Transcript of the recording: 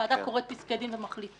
הוועדה קוראת פסקי דין ומחליטה.